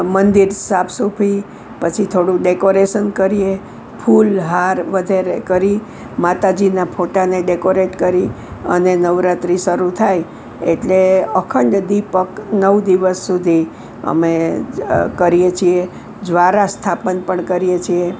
મંદિર સાફસૂફી પછી થોડું ડેકોરેસન કરીએ ફૂલહાર વગેરે કરી માતાજીનાં ફોટોને ડેકોરેટ કરી અને નવરાત્રિ શરૂ થાય એટલે અખંડ દિપક નવ દિવસ સુધી અમે કરીએ છીએ જ્વારા સ્થાપન પણ કરીએ છીએ